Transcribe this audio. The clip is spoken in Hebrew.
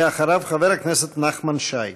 ואחריו, חבר הכנסת נחמן שי.